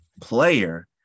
player